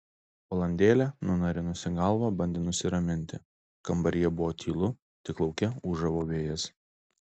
valandėlę nunarinusi galvą bandė nusiraminti kambaryje buvo tylu tik lauke ūžavo vėjas